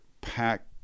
pack